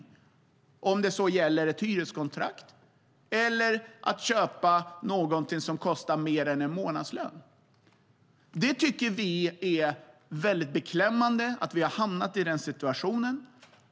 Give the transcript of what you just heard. Det kan handla om att få ett hyreskontrakt eller om att köpa någonting som kostar mer än en månadslön. Vi tycker att det är mycket beklämmande att vi har hamnat i denna situation.